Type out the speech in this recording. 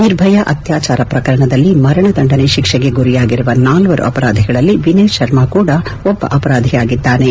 ನಿರ್ಭಯಾ ಅತ್ನಾಚಾರ ಪ್ರಕರಣದಲ್ಲಿ ಮರಣ ದಂಡನೆ ತಿಕ್ಸೆಗೆ ಗುರಿಯಾಗಿರುವ ನಾಲ್ಲರು ಅಪರಾಧಿಗಳಲ್ಲಿ ವಿನಯ್ ಶರ್ಮಾ ಕೂಡ ಒಬ್ಬ ಅಪರಾಧಿಯಾಗಿದ್ದಾನೆ